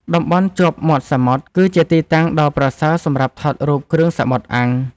តំបន់ជាប់មាត់សមុទ្រ គឺជាទីតាំងដ៏ប្រសើរសម្រាប់ថតរូបគ្រឿងសមុទ្រអាំង។